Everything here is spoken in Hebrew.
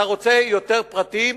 אתה רוצה יותר פרטים?